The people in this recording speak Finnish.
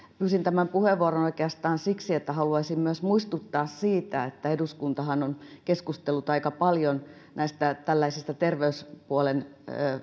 pyysin tämän puheenvuoron oikeastaan siksi että haluaisin myös muistuttaa siitä että eduskuntahan on keskustellut aika paljon tällaisista terveyspuolen